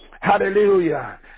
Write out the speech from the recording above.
Hallelujah